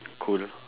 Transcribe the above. cool